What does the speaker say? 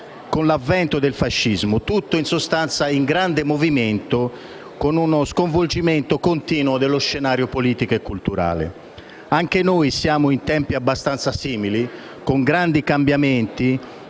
e l'avvento del fascismo. Tutto era in grande movimento, con un sconvolgimento continuo dello scenario politico e culturale. Anche noi viviamo tempi abbastanza simili, con grandi cambiamenti